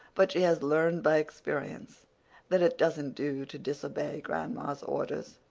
but she has learned by experience that it doesn't do to disobey grandma's orders.